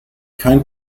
kein